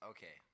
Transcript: Okay